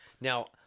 Now